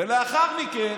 לאחר מכן,